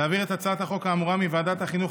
להעביר את הצעת החוק האמורה מוועדת החינוך,